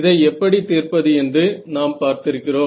இதை எப்படி தீர்ப்பது என்று நாம் பார்த்திருக்கிறோம்